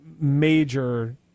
major